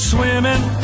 Swimming